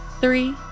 three